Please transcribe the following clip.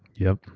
yup.